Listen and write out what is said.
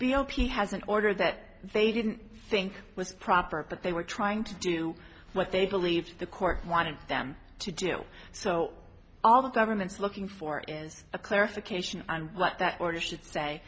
zero p has an order that they didn't think was proper but they were trying to do what they believed the court wanted them to do so all the government's looking for is a clarification on what that order should say